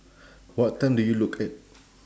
what time do you look at